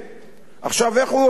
עכשיו, איך הוא עושה את זה?